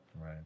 Right